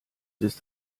ist